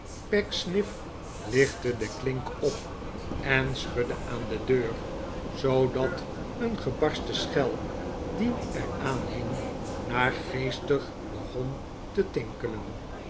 lichtte den klink op en schudde aan de deur zoodat een gebarsten schel die er aan hing naargeestig begon te tinkelen